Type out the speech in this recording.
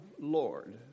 Lord